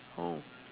oh